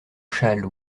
châle